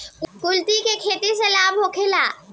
कुलथी के खेती से लाभ होखे?